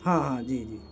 ہاں ہاں جی جی